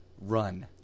run